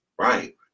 Right